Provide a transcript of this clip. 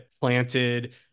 planted